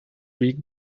week